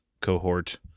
cohort